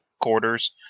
quarters